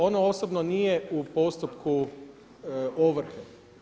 Ona osobno nije u postupku ovrhe.